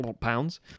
pounds